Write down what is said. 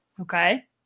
Okay